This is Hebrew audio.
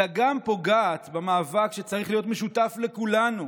אלא גם פוגעת במאבק שצריך להיות משותף לכולנו